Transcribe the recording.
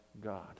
God